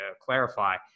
clarify